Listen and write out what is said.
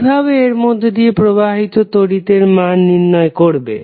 কিভাবে এর মধ্যে দিয়ে প্রবাহিত তড়িতের মান নির্ণয় করবে